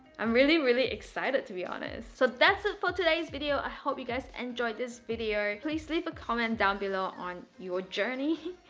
i'm really, really excited to be honest. so that's it for today's video i hope you guys enjoyed this video, please leave a comment down below on your journey,